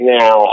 now